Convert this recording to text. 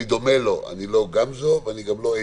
גמזו ואני גם לא אדלשטיין,